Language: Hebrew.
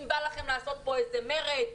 אם בא לכם לעשות פה איזה מרד,